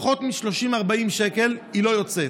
עם פחות מ-30 40 שקל היא לא יוצאת,